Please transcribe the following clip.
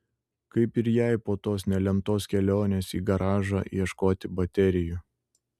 kaip ir jai po tos nelemtos kelionės į garažą ieškoti baterijų